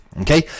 okay